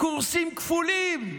קורסים כפולים,